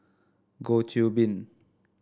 Goh Qiu Bin